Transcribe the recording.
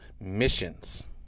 missions